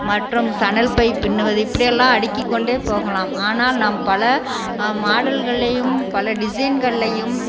மற்றும் சணல் பை பின்னுவது இப்படியெல்லாம் அடுக்கிக்கொண்டே போகலாம் ஆனால் நம் பல மாடல்கள்லையும் பல டிஸைன்கள்லையும்